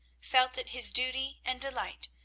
felt it his duty and delight,